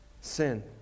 Sin